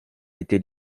était